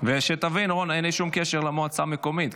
שתבין, רון, אין לי שום קשר למועצה המקומית.